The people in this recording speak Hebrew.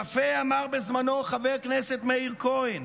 יפה אמר בזמנו חבר הכנסת מאיר כהן,